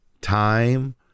time